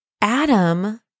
Adam